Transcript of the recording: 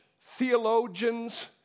theologians